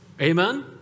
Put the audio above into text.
Amen